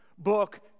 Book